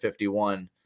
51